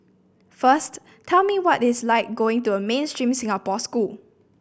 first tell me what its like going to a mainstream Singapore school